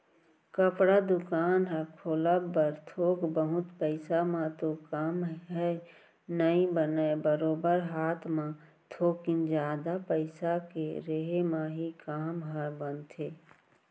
कपड़ा दुकान ह खोलब बर थोक बहुत पइसा म तो काम ह नइ बनय बरोबर हात म थोकिन जादा पइसा के रेहे म ही काम ह बनथे